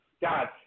God